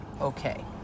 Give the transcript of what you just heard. okay